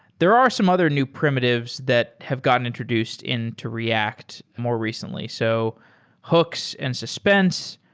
there are some other new primitives that have gotten introduced into react more recently, so hooks and suspense.